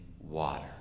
water